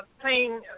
playing